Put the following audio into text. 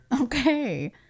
Okay